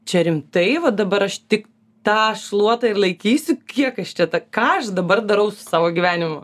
čia rimtai va dabar aš tik tą šluotą ir laikysiu kiek aš čia ta ką aš dabar darau su savo gyvenimu